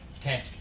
Okay